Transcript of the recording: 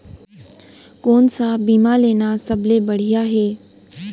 कोन स बीमा लेना सबले बढ़िया हे?